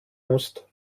musst